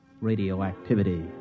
radioactivity